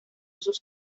sus